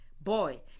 boy